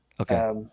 Okay